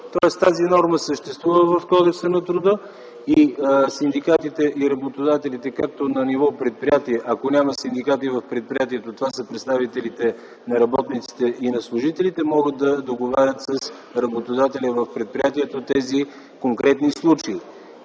тази норма съществува в Кодекса на труда и синдикатите и работодателите на ниво предприятие (ако няма синдикати в предприятието, това са представители на работниците и служителите) могат да договарят с работодателя в предприятието тези конкретни случаи.